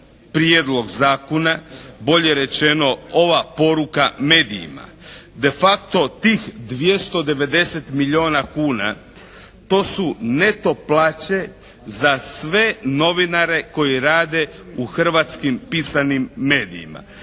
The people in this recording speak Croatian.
Prijedlog zakona, bolje rečeno ova poruka medijima de facto tih 290 milijuna kuna to su neto plaće za sve novinare koji rade u hrvatskim pisanim medijima.